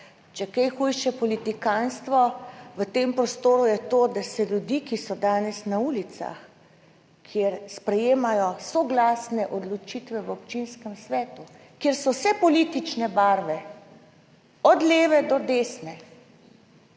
je kaj je hujše politikantstvo v tem prostoru, je to, da se ljudi, ki so danes na ulicah, kjer sprejemajo soglasne odločitve v občinskem svetu, kjer so vse politične barve Od leve do desne